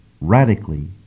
radically